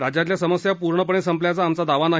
राज्यातल्या समस्या पूर्णपणे संपल्याचा आमचा दावा नाही